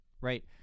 Right